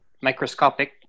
microscopic